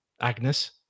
Agnes